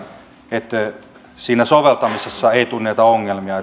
että siinä soveltamisessa ei tule näitä ongelmia